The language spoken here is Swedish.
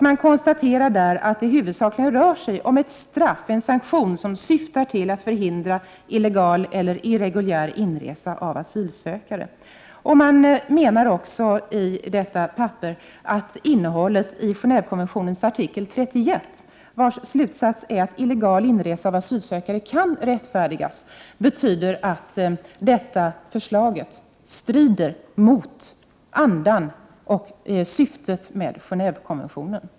Man konstaterar att det huvudsakligen rör sig om ett straff, en sanktion, som syftar till att förhindra illegal eller irreguljär inresa av asylsökare. Man menar också i detta papper att innehållet i Gen&vekonventionens artikel 31, vars slutsats är att illegal inresa av asylsökare kan rättfärdigas, visar att detta förslag strider mot andan och syftet med Genéevekonventionen.